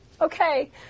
okay